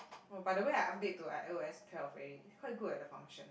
oh by the way I update to I_O_S twelve already quite good at the function